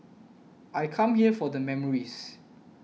I come here for the memories